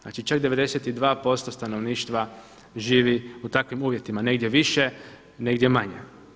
Znači čak 92% stanovništva živi u takvim uvjetima, negdje više, negdje manje.